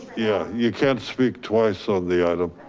yeah you can't speak twice on the item.